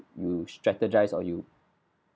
you strategize or you